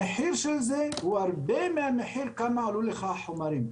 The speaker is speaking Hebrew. המחיר שלו הוא הרבה יותר מהמחיר כמה עלו לך החומרים.